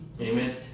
Amen